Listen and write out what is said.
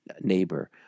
neighbor